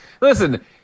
Listen